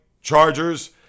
Chargers